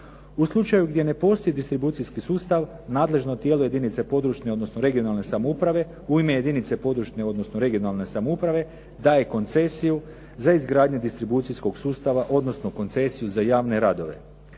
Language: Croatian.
U slučaju gdje ne postoji distribucijski sustav, nadležno tijelo jedinica područne odnosno regionalne samouprave u ime jedinice područne odnosno regionalne samouprave daje koncesiju za izgradnju distribucijskog sustava, odnosno koncesiju za javne radove.